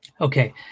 Okay